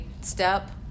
step